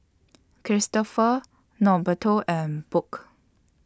Cristofer Norberto and Burke